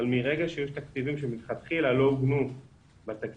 אבל מרגע שיש תקציבים שמלכתחילה לא עוגנו בתקציב,